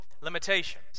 limitations